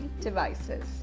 devices